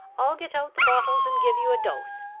i'll get out the bottles and give you a dose.